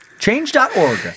Change.org